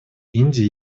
индии